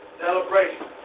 Celebration